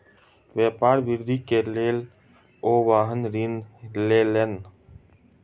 व्यापार वृद्धि के लेल ओ वाहन ऋण लेलैन